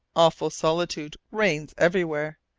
awful solitude reigns everywhere.